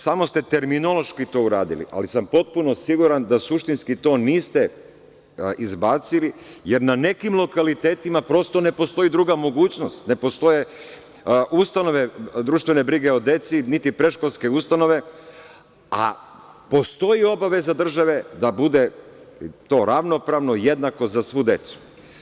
Samo ste terminološki to uradili, ali sam potpuno siguran da suštinski to niste izbacili, jer na nekim lokalitetima prosto ne postoji druga mogućnost, ne postoje ustanove društvene brige o deci, niti predškolske ustanove, a postoji obaveza države da bude ravnopravno i jednako za svu decu.